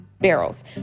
Barrels